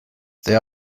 they